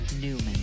Newman